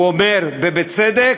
הוא אומר, ובצדק,